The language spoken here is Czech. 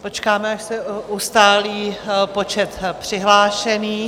Počkáme, až se ustálí počet přihlášených.